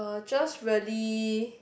I'll just really